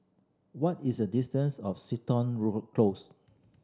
what is the distance of Crichton Close